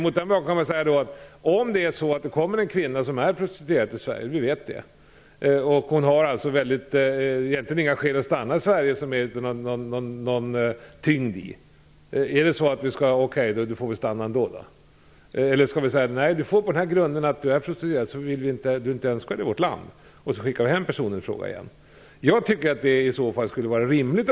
Mot den bakgrunden kan man fråga sig: Om det kommer en kvinna till Sverige som vi vet är prostituerad och som alltså egentligen inte har några tyngre skäl att stanna i Sverige - skall vi då säga "okej, du får väl stanna ändå", eller skall vi säga "nej, eftersom du är prostituerad är du inte önskvärd i vårt land" och skicka hem personen i fråga igen? Jag tycker i så fall att det sista skulle vara rimligt.